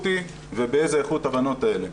ובאיזה איכות הבנות האלה.